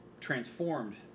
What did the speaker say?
transformed